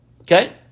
Okay